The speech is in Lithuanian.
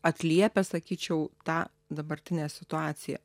atliepia sakyčiau tą dabartinę situaciją